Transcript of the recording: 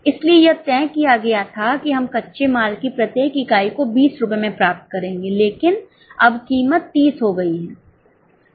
इसलिए यह तय किया गया था कि हम कच्चे माल की प्रत्येक इकाई को 20 रुपये में प्राप्त करेंगे लेकिन अब कीमत 30 हो गई है